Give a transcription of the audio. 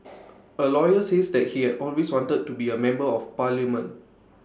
A lawyer says that he had always wanted to be A member of parliament